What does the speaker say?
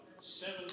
Seven